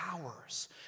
hours